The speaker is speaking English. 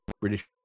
british